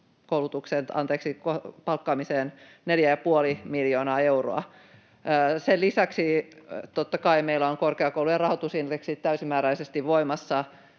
palkkaamiseen 4,5 miljoonaa euroa. Sen lisäksi totta kai meillä on korkeakoulujen rahoitusindeksit täysimääräisesti voimassa.